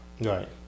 Right